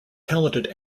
talented